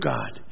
God